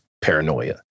paranoia